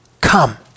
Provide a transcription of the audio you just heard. Come